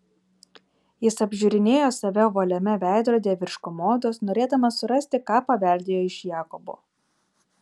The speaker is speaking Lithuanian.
jis apžiūrinėjo save ovaliame veidrodyje virš komodos norėdamas surasti ką paveldėjo iš jakobo